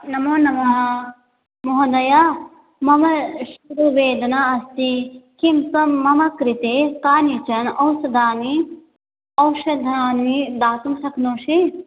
नमो नमः महोदय मम शिरोवेदना अस्ति किं त्वं मम कृते कानिचन औषधानि औषधानि दातुं शक्नोषि